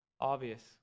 obvious